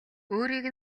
өөрийг